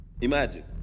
imagine